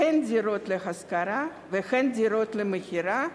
הן דירות להשכרה והן דירות למכירה,